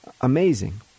Amazing